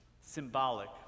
symbolic